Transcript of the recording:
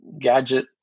gadget